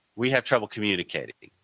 we have trouble communicating.